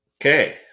okay